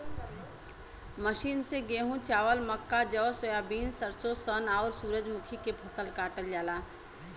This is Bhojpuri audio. मशीन से गेंहू, चावल, मक्का, जौ, सोयाबीन, सरसों, सन, आउर सूरजमुखी के फसल काटल जाला